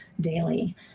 daily